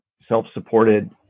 self-supported